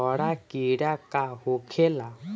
हरा कीड़ा का होखे ला?